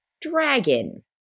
Dragon